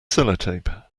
sellotape